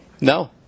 No